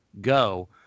Go